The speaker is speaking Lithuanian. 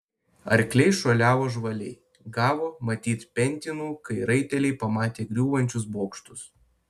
arkliai šuoliavo žvaliai gavo matyt pentinų kai raiteliai pamatė griūvančius bokštus